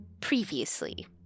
previously